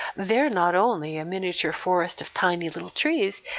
they're not only a miniature forest of tiny little trees,